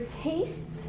tastes